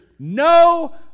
No